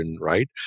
Right